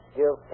give